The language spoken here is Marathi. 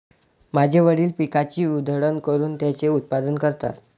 माझे वडील पिकाची उधळण करून त्याचे उत्पादन करतात